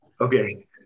Okay